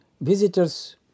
visitors